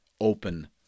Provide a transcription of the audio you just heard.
open